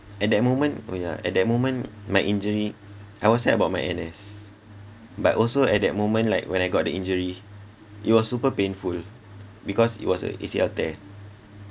at that moment oh yeah at that moment my injury I was sad about my N_S but also at that moment like when I got the injury it was super painful because it was a A_C_L tear